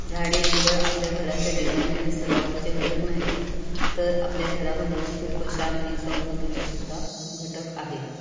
झाडे केवळ आपल्या घराच्या डिझाईन आणि सजावटीचे घटक नाहीत तर आपल्या घरामध्ये सुख शांती समृद्धीचे सुद्धा घटक आहेत